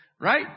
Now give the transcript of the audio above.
Right